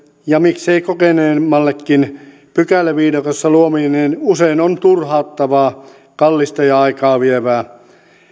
ja miksei kokeneemmallekin pykäläviidakossa luoviminen usein on turhauttavaa kallista ja aikaa vievää